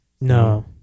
No